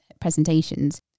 presentations